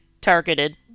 targeted